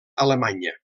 alemanya